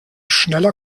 schneller